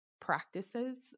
practices